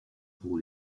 pour